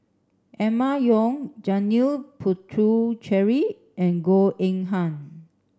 Emma Yong Janil Puthucheary and Goh Eng Han